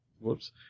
whoops